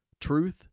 Truth